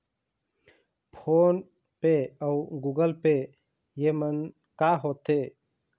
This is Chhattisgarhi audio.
फ़ोन पे अउ गूगल पे येमन का होते?